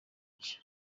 iki